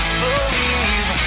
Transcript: believe